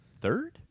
Third